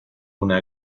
una